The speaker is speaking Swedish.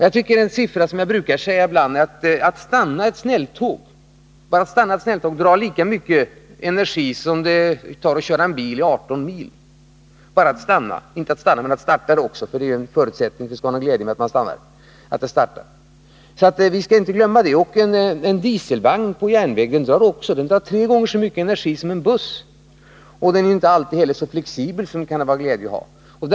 Jag brukar nämna att det drar lika mycket energi att stanna och starta ett snälltåg som att köra en bil 18 mil. Vi skall inte glömma detta. En dieselvagn på järnväg drar tre gånger så mycket energi som en buss, och här har man inte heller den flexibilitet som man skulle önska.